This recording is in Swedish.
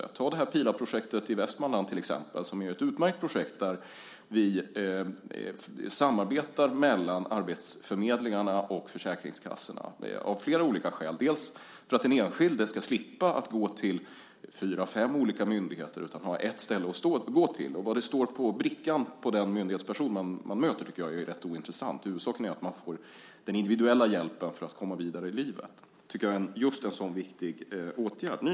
Ta till exempel Pilaprojektet i Västmanland, ett utmärkt projekt där arbetsförmedlingarna samarbetar med försäkringskassorna - av flera olika skäl. Ett skäl är att den enskilde inte ska behöva gå till fyra fem olika myndigheter utan kunna ha ett ställe att gå till. Vad det står på brickan på den myndighetsperson man möter tycker jag är rätt ointressant; huvudsaken är att man får den individuella hjälpen för att komma vidare i livet. Det tycker jag är just en sådan viktig åtgärd.